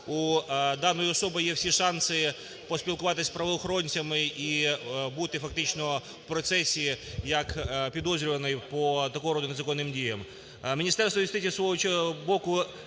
в даної особи є всі шанси поспілкуватись з правоохоронцями і бути фактично в процесі як підозрюваної по такого роду незаконним діям.